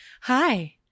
hi